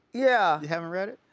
yeah haven't read it?